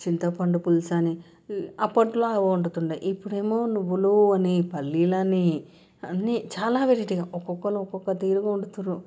చింతపండు పులుసు అని అప్పట్లో అవి వండుతూ ఉండే ఇప్పుడేమో నువ్వులు అని పల్లీలు అని చాలా వెరైటీగా ఒక్కొక్కరు ఒక్కొక్క తీరుగా వండుతున్నారు